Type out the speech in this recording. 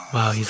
Wow